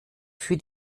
für